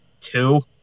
two